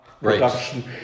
production